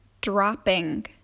dropping